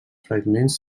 fragments